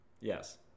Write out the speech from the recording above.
Yes